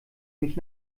mich